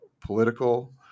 political